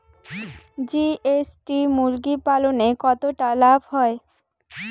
GST মুরগি পালনে কতটা লাভ হয়?